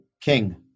King